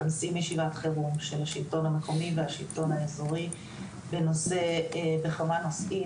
מכנסים ישיבת חירות של השלטון המקומי והשלטון האזורי בכמה נושאים,